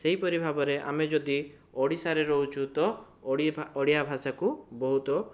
ସେହିପରି ଭାବରେ ଆମେ ଯଦି ଓ଼ଡିଶାରେ ରହୁଛୁ ତ ଓଡିଭା ଓଡ଼ିଆ ଭାଷାକୁ ବହୁତ